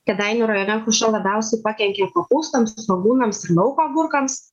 kėdainių rajone kruša labiausiai pakenkė kopūstams svogūnams ir lauko agurkams